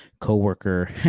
coworker